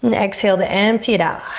and exhale to empty it out.